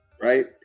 right